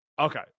Okay